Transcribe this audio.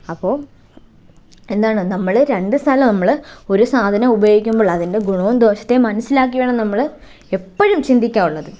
അപ്പോൾ എന്താണ് നമ്മള് രണ്ട് സല്ല നമ്മള് ഒരു സാധനം ഉപയോഗിക്കുമ്പോൾ അതിന്റെ ഗുണവും ദോഷത്തെയും മനസ്സിലാക്കി വേണം നമ്മള് എപ്പോഴും ചിന്തിക്കാന് ഉള്ളത്